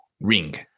ring